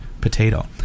potato